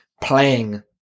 playing